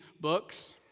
books